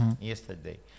yesterday